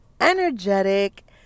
energetic